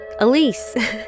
Elise